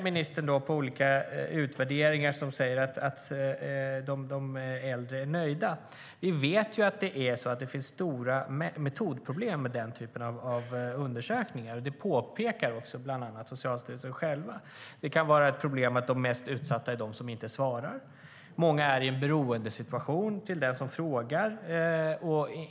Ministern pekar på olika utvärderingar som säger att de äldre är nöjda, men vi vet ju att det finns stora metodproblem med den typen av undersökningar. Det påpekar bland annat Socialstyrelsen själv. Det kan vara problemet att de mest utsatta inte svarar eller problemet att många befinner sig i beroendeställning till den som frågar.